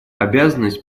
обязанность